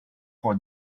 for